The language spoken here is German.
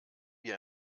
wie